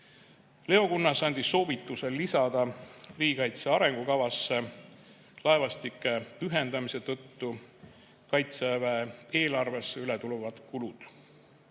Leo Kunnas andis soovituse lisada riigikaitse arengukavasse laevastike ühendamise tõttu Kaitseväe eelarvesse üle tulevad kulud.